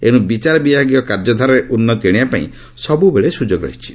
ଏଣୁ ବିଚାର ବିଭାଗୀୟ କାର୍ଯ୍ୟଧାରାରେ ଉନ୍ନତି ଆଣିବାପାଇଁ ସବୁବେଳେ ସୁଯୋଗ ରହିଛି